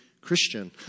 Christian